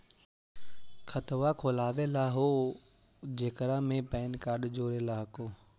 खातवा खोलवैलहो हे जेकरा मे पैन कार्ड जोड़ल हको?